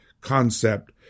concept